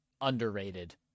Underrated